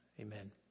Amen